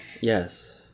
yes